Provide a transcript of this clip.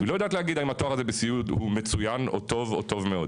היא לא יודעת להגיד האם התואר הזה בסיעוד הוא מצוין או טוב או טוב מאוד,